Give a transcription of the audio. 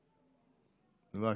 בבקשה.